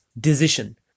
decision